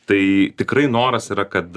tai tikrai noras yra kad